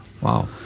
Wow